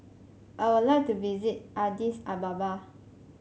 I would like to visit Addis Ababa